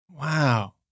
Wow